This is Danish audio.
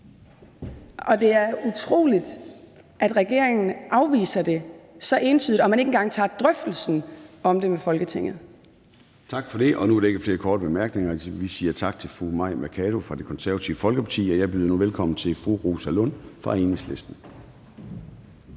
Det er utroligt, at regeringen afviser det så entydigt, og at man ikke engang tager drøftelsen om det med Folketinget. Kl. 14:25 Formanden (Søren Gade): Tak for det. Nu er der ikke flere korte bemærkninger, så vi siger tak til fru Mai Mercado fra Det Konservative Folkeparti. Og jeg byder nu velkommen til fru Rosa Lund fra Enhedslisten.